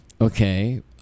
okay